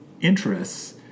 interests